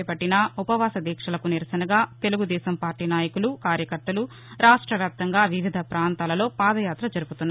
చేపట్టిన ఉపవాస దీక్షలకు నిరసనగా తెలుగు దేశం పార్టీ నాయకులు కార్యకర్తలు రాష్ట వ్యాప్తంగా వివిధ పాంతాలలో పాదయాత జరుపుతున్నారు